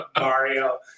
Mario